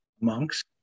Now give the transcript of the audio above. monks